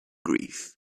grief